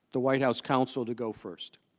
the white house counsel to go first